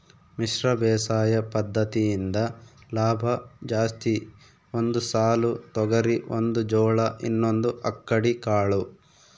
ಮಿಶ್ರ ಬೇಸಾಯ ಪದ್ದತಿಯಿಂದ ಲಾಭ ಜಾಸ್ತಿ ಒಂದು ಸಾಲು ತೊಗರಿ ಒಂದು ಜೋಳ ಇನ್ನೊಂದು ಅಕ್ಕಡಿ ಕಾಳು